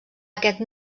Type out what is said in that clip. aquest